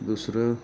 दुसरं